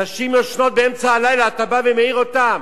נשים ישנות ובאמצע הלילה אתה מעיר אותן,